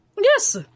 Yes